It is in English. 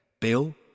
Bill